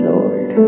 Lord